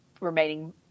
remaining